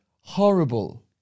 horrible